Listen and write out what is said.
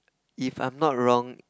if I am not wrong